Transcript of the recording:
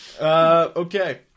Okay